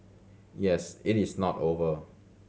yes it is not over